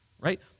right